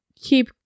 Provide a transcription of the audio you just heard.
keep